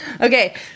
Okay